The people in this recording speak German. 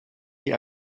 die